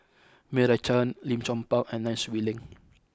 Meira Chand Lim Chong Pang and Nai Swee Leng